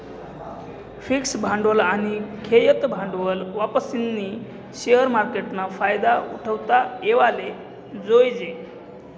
fix भांडवल आनी खेयतं भांडवल वापरीस्नी शेअर मार्केटना फायदा उठाडता येवाले जोयजे